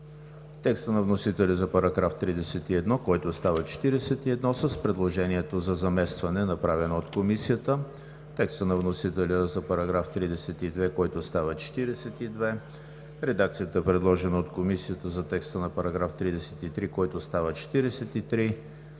текста на вносителя за § 31, който става § 41 с предложението за заместване, направено от Комисията; текста на вносителя за § 32, който става § 42; редакцията, предложена от Комисията за текста на § 33, който става §